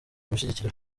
gushigikira